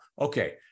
Okay